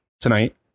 tonight